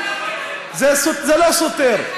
זה לא סותר.